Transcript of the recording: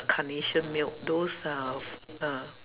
carnation milk those uh uh